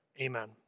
Amen